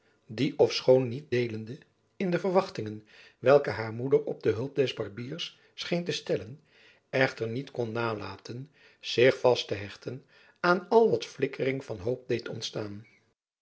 die ofschoon niet deelende in de verwachtingen welke haar moeder op de hulp des barbiers scheen te stellen echter niet kon nalaten zich vast te hechten aan al wat flikkering van hoop deed ontstaan